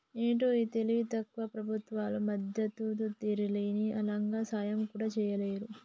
ఏంటో ఈ తెలివి తక్కువ ప్రభుత్వాలు మద్దతు ధరియ్యలేవు, అలాగని సాయం కూడా చెయ్యలేరు